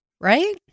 right